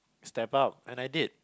step up and I did